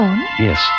Yes